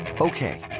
Okay